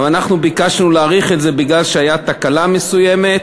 אבל אנחנו ביקשנו להאריך את זה בגלל שהייתה תקלה מסוימת,